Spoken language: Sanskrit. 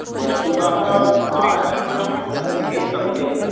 वस्तुतः आजीवनम् अध्येतव्यं